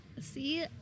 see